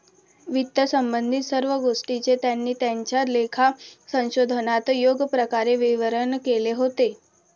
वित्तसंबंधित सर्व गोष्टींचे त्यांनी त्यांच्या लेखा संशोधनात योग्य प्रकारे विवरण केले होते